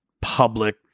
public